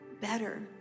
better